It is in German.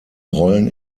rollen